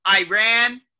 Iran